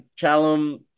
Callum